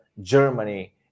Germany